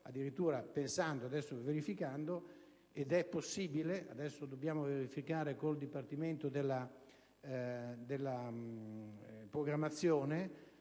addirittura pensando - ed è possibile, adesso dobbiamo verificare con il Dipartimento della programmazione